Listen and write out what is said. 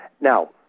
Now